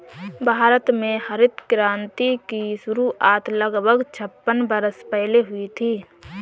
भारत में हरित क्रांति की शुरुआत लगभग छप्पन वर्ष पहले हुई थी